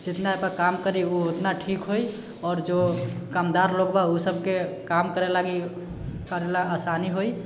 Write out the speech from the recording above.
जतना एहिपर काम करि ओ ओतना ठीक होइ आओर जे कामदार लोग बा ओ सबके काम करि लागी करैलऽ आसानी होइ